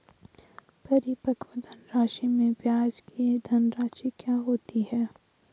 परिपक्व धनराशि में ब्याज की धनराशि क्या होती है?